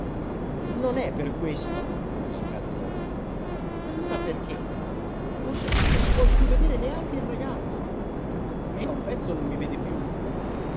non è per questo incalzò e allora perché forse perché non vuol più vedere neanche il ragazzo me da un pezzo non mi vede più